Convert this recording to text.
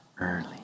early